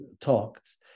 talked